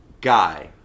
Guy